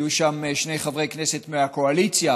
היו שם שני חברי כנסת מהקואליציה,